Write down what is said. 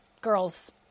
girls